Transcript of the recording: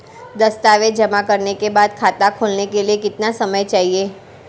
दस्तावेज़ जमा करने के बाद खाता खोलने के लिए कितना समय चाहिए?